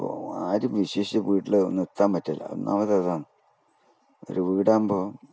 ആരും വിശ്വസിച്ച് വീട്ടിൽ നിർത്താൻ പറ്റില്ല ഒന്നാമത് അതാണ് ഒരു വീടാകുമ്പോൾ